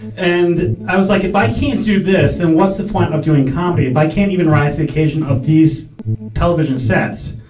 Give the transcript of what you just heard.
and, i was like, if i can't do this, then what's the point of doing comedy. if i can't even rise to the occasion of these television sets,